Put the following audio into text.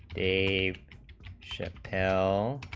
a fifth l